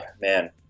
Man